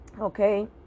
okay